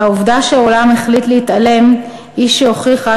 העובדה שהעולם החליט להתעלם היא שהוכיחה